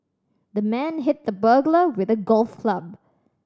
the man hit the burglar with a golf club